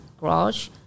garage